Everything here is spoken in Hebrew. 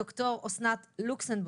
דוקטור אסנת לוקסנבורג,